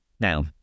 Now